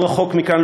לא רחוק מכאן,